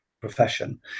profession